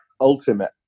ultimate